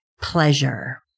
pleasure